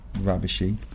rubbishy